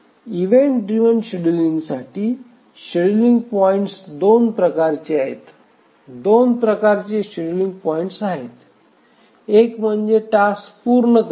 event driven शेड्यूलिंगसाठी scheduling points दोन प्रकारचे आहेत दोन प्रकारचे शेड्यूलिंग पॉईंट आहेत एक म्हणजे टास्क पूर्ण करणे